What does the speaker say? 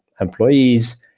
employees